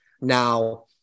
Now